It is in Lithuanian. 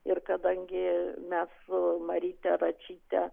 ir kadangi mes su maryte račyte